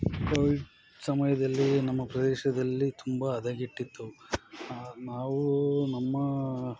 Covid ಸಮಯದಲ್ಲಿ ನಮ್ಮ ಪ್ರದೇಶದಲ್ಲಿ ತುಂಬ ಹದಗೆಟ್ಟಿತ್ತು ನಾವು ನಮ್ಮ